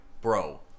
bro